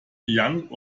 young